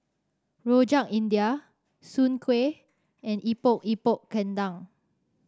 Rojak India Soon Kway and Epok Epok Kentang